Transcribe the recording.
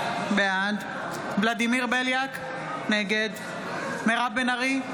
בעד ולדימיר בליאק, נגד מירב בן ארי,